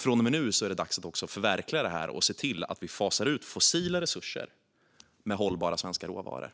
Från och med nu är det dags att förverkliga det här och se till att vi fasar ut fossila resurser med hjälp av hållbara svenska råvaror.